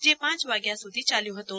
જે પાંચ વાગ્યા સુધી ચાલ્યું હતું